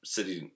City